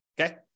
Okay